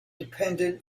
dependent